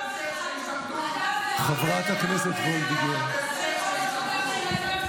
אתם נותנים יד להמשך ההשתמטות.